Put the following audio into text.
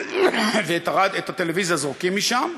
ואת הטלוויזיה זורקים משם.